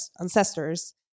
ancestors